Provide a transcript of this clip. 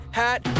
hat